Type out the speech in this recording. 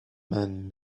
man